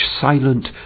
silent